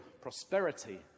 prosperity